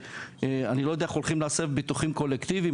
אני לא יודע איך הולכים להסב ביטוחים קולקטיביים